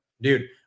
Dude